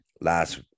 last